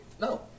No